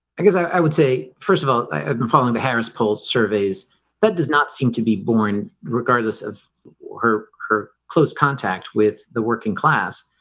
i guess i would say first of all i've been following the harris poll surveys that does not seem to be born regardless of her her close contact with the working class.